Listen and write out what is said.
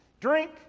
drink